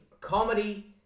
comedy